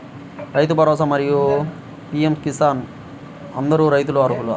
రైతు భరోసా, మరియు పీ.ఎం కిసాన్ కు అందరు రైతులు అర్హులా?